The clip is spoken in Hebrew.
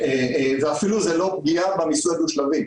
וזה אפילו לא פגיעה במיסוי הדו-שלבי,